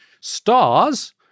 stars